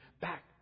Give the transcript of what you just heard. back